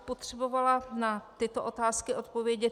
Potřebovala bych na tyto otázky odpovědět.